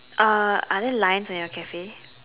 uh are there lines on your Cafe